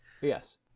Yes